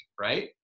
right